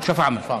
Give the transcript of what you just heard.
שפרעם.